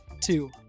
Two